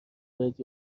بهت